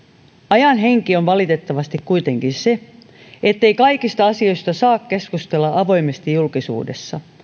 ajan henki on valitettavasti kuitenkin se ettei kaikista asioista saa keskustella avoimesti julkisuudessa